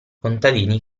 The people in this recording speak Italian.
contadini